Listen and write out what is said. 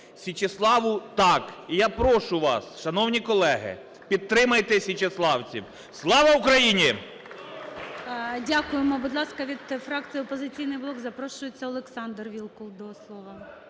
Січеславу – так! Я і прошу вас, шановні колеги, підтримайте січеславців. Слава Україні! ГОЛОВУЮЧИЙ. Дякуємо. Будь ласка, від фракції "Опозиційний блок" запрошується Олександр Вілкул до слова.